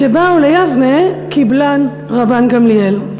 "כשבאו ליבנה קיבלן רבן גמליאל.